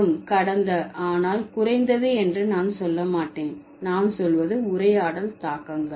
மற்றும் கடந்த ஆனால் குறைந்தது என்று நான் சொல்ல மாட்டேன் நான் சொல்வது உரையாடல் தாக்கங்கள்